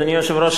אדוני היושב-ראש,